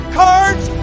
cards